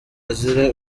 azira